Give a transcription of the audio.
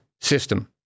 system